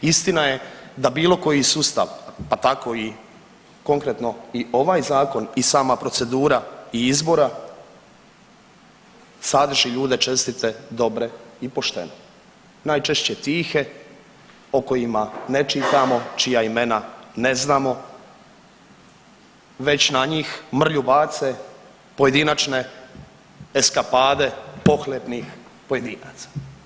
Istina je da bilo koji sustav, pa tako i konkretno i ovaj zakon i sama procedura i izbora sadrži ljude čestite, dobre i poštene, najčešće tihe o kojima ne čitamo, čija imena ne znamo već na njih mrlju bace pojedinačne eskapade pohlepnih pojedinaca.